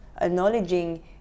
acknowledging